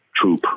Troop